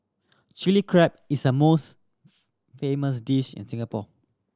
Chilli Crab is a most famous dish in Singapore